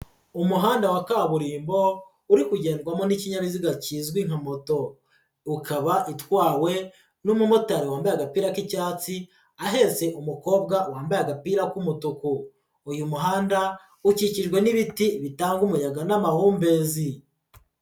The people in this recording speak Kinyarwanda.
Umuhanda wa kaburimbo uri kugendwamo n'ikinyabiziga kizwi nka moto ukaba itwawe n'umumotari wambaye agapira k'icyatsi, ahetse umukobwa wambaye agapira k'umutuku, uyu muhanda ukikijwe n'ibiti bitanga umuyaga n'amahumbezi.